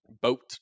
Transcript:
boat